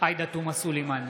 עאידה תומא סלימאן,